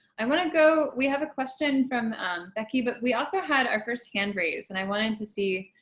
i want to go. we have a question from becky, but we also had our first hand raised. and i wanted to see